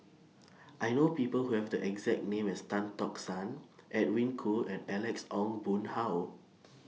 I know People Who Have The exact name as Tan Tock San Edwin Koo and Alex Ong Boon Hau